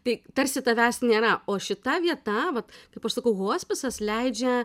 tai tarsi tavęs nėra o šita vieta vat kaip aš sakau hospisas leidžia